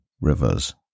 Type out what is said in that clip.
rivers